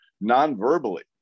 non-verbally